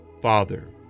Father